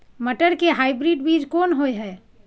मटर के हाइब्रिड बीज कोन होय है?